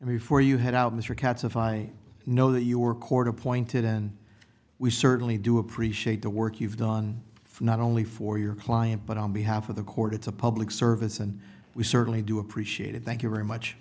before you head out mr katz if i know that you are court appointed and we certainly do appreciate the work you've done not only for your client but on behalf of the court it's a public service and we certainly do appreciate it thank you very much